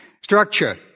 structure